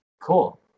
Cool